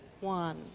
one